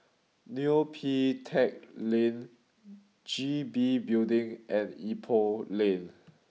Neo Pee Teck Lane G B Building and Ipoh Lane